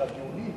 כשהדיונים,